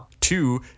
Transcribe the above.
Two